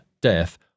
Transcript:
death